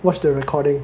watch the recording